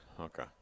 Okay